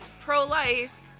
pro-life